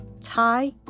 Thai